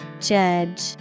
Judge